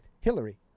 Hillary